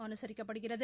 அனுசரிக்கப்படுகிறது